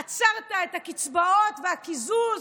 עצרת את הקצבאות והקיזוז,